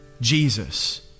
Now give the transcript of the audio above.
Jesus